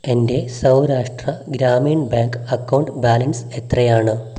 എൻ്റെ Saurashtra Gramin bank account balance എത്രയാണ്